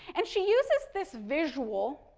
and, she uses this visual,